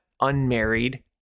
unmarried